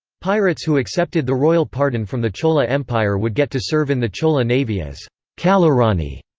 pirates who accepted the royal pardon from the chola empire would get to serve in the chola navy as kallarani.